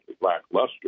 lackluster